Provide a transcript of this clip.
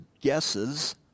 guesses